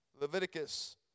Leviticus